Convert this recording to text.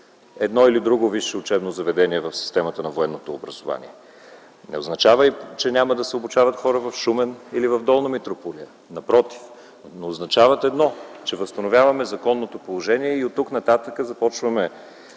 едно или друго висше учебно заведение в системата на военното образование. Не означават също, че няма да се обучават хора в Шумен или в Долна Митрополия, напротив, но означават едно, че възстановяваме законното положение и оттук-нататък започваме